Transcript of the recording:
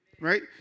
right